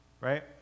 right